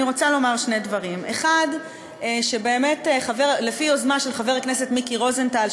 אני רוצה לומר שני דברים: 1. באמת לפי יוזמה של חבר הכנסת מיקי רוזנטל,